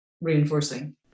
reinforcing